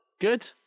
Good